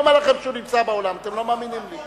אני אומר לכם שהוא נמצא באולם, אתם לא מאמינים לי.